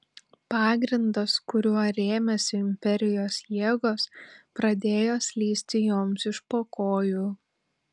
pagrindas kuriuo rėmėsi imperijos jėgos pradėjo slysti joms iš po kojų